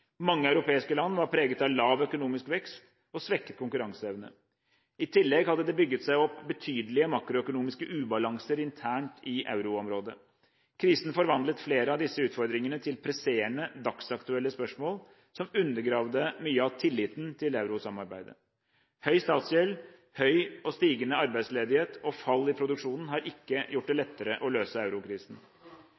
Mange europeiske land var preget av lav økonomisk vekst og svekket konkurranseevne. I tillegg hadde det bygd seg opp betydelige makroøkonomiske ubalanser internt i euroområdet. Krisen forvandlet flere av disse utfordringene til presserende, dagsaktuelle spørsmål som undergravde mye av tilliten til eurosamarbeidet. Høy statsgjeld, høy og stigende arbeidsledighet og fall i produksjonen har ikke gjort det